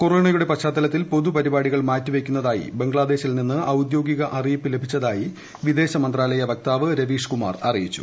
കൊറോണയുടെ പശ്ചാത്തലത്തിൽ പൊതുപരിപാടികൾ മാറ്റിവയ്ക്കുന്നതായി ബംഗ്ലാദേശിൽ നിന്ന് ഔദ്യോഗിക അറിയിപ്പ് ലഭിച്ചതായി വിദേശകാര്യ മന്ത്രാലയം വക്താവ് രവീഷ് കുമാർ അറിയിച്ചു